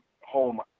home